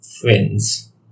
friends